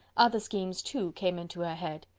other schemes, too, came into her head.